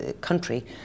country